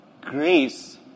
grace